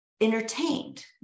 entertained